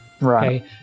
Right